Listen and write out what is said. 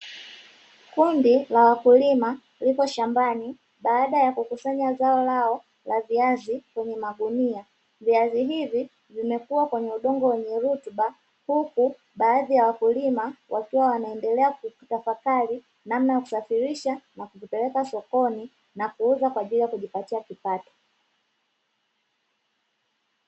Kundi la wakulima lipo shambani baada ya kukusanya zao lao la viazi kwenye magunia, viazi hivi vimekuwa kwenye udongo wenye rutuba huku baadhi ya wakulima wakiwa wanaendelea kutafakari namna ya kusafirisha, na kuvipeleka sokoni na kuuza kwa ajili ya kujipatia kipato.